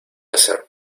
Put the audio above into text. hacer